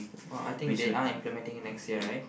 !wah! I think they are implementing it next year right